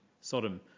Sodom